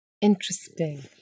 Interesting